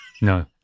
no